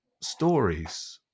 stories